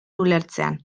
ulertzean